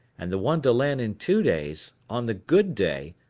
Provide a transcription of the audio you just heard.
and the one to land in two days, on the good day,